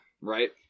Right